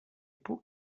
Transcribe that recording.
pół